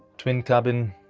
twin cabin